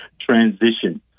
transition